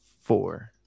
four